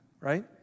right